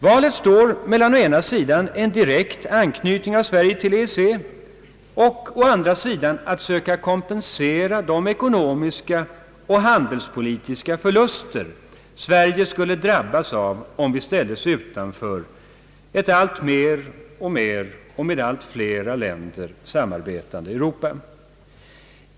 Valet står mellan å ena sidan en direkt anknytning av Sverige till EEC och å andra sidan att söka kompensera de ekonomiska förluster, som Sverige skulle drabbas av om vi ställdes utanför ett allt mer och mer och med allt flera länder samarbetande Europa.